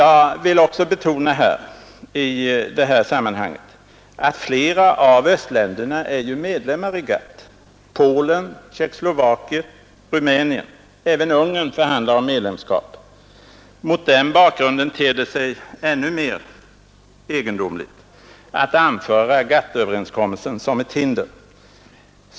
Jag vill också betona i detta sammanhang att flera av östländerna är medlemmar i GATT: Polen, Tjeckoslovakien och Rumänien. Även Ungern förhandlar om medlemskap. Mot den bakgrunden ter det sig ännu mer egendomligt att anföra GATT-överenskommelsen som ett hinder.